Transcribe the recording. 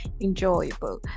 enjoyable